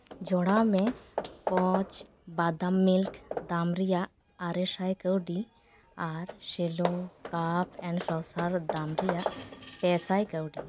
ᱡᱚᱲᱟᱣ ᱢᱮ ᱠᱚᱛᱷᱟᱥ ᱵᱟᱫᱟᱢ ᱢᱤᱞᱠ ᱫᱟᱢ ᱨᱮᱭᱟᱜ ᱟᱨᱮ ᱥᱟᱭ ᱠᱟᱹᱣᱰᱤ ᱟᱨ ᱥᱮᱞᱳ ᱠᱟᱯ ᱮᱱᱰ ᱥᱳᱥᱟᱨ ᱫᱟᱢ ᱨᱮᱭᱟᱜ ᱯᱮ ᱥᱟᱭ ᱠᱟᱹᱣᱰᱤ